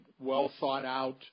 well-thought-out